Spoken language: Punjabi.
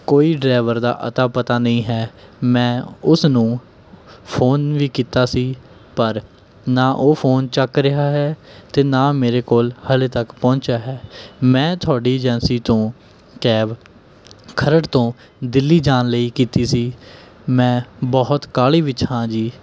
ਕੋਈ ਡਰਾਈਵਰ ਦਾ ਅਤਾ ਪਤਾ ਨਹੀਂ ਹੈ ਮੈਂ ਉਸ ਨੂੰ ਫ਼ੋਨ ਵੀ ਕੀਤਾ ਸੀ ਪਰ ਨਾ ਉਹ ਫ਼ੋਨ ਚੱਕ ਰਿਹਾ ਹੈ ਅਤੇ ਨਾ ਮੇਰੇ ਕੋਲ ਹਾਲੇ ਤੱਕ ਪਹੁੰਚਿਆ ਹੈ ਮੈਂ ਤੁਹਾਡੀ ਏਜੰਸੀ ਤੋਂ ਕੈਬ ਖਰੜ ਤੋਂ ਦਿੱਲੀ ਜਾਣ ਲਈ ਕੀਤੀ ਸੀ ਮੈਂ ਬਹੁਤ ਕਾਹਲੀ ਵਿੱਚ ਹਾਂ ਜੀ